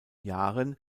jahren